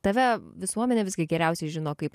tave visuomenė visgi geriausiai žino kaip